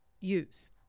use